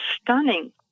stunning